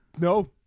No